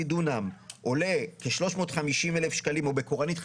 דונם עולה כ-350,000 שקלים או בקורנית,